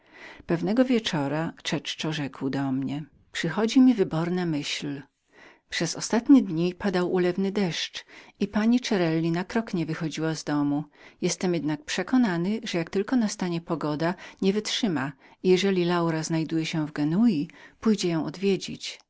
pewnego wieczora czeko rzekł do mnie przychodzi mi wyborna myśl przez wszystkie te dni deszcz ulewny padał i pani cerelli na krok nie wychodziła z domu jak tylko jednak nastanie pogoda jestem przekonany że nie wytrzyma i jeżeli mała znajduje się w genui pójdzie ją odwiedzić